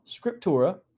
scriptura